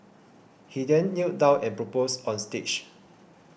he then knelt down and proposed on stage